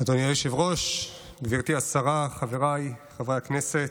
אדוני היושב-ראש, גברתי השרה, חבריי חברי הכנסת,